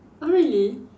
oh really